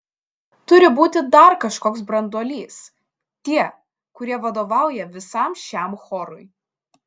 turi būti dar kažkoks branduolys tie kurie vadovauja visam šiam chorui